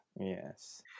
Yes